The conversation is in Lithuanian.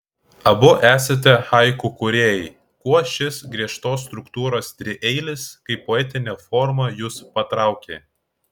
abu esate haiku kūrėjai kuo šis griežtos struktūros trieilis kaip poetinė forma jus patraukė